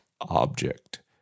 object